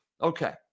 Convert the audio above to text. Okay